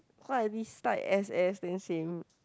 what are restart S_S bean seem